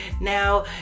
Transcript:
now